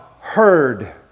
heard